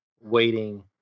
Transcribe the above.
waiting